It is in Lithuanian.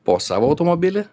po savo automobilį